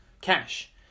cash